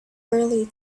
early